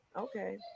okay